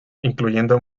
incluyendo